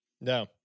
No